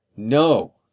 No